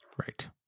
Right